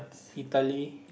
Italy